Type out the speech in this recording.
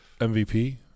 MVP